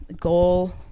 goal